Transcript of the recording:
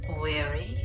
Weary